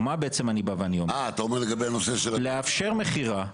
לאפשר מכירה,